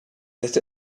that